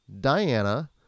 Diana